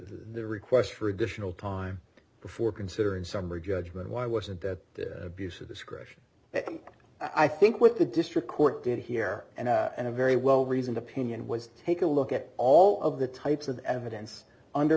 there requests for additional time before considering summary judgment why wasn't that abuse of discretion and i think with the district court did here and in a very well reasoned opinion was take a look at all of the types of evidence under